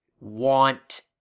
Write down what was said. want